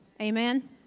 Amen